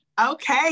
Okay